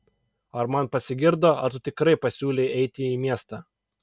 ar man pasigirdo ar tu tikrai pasiūlei eiti į miestą